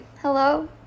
Hello